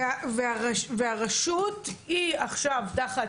הרשות היא עכשיו תחת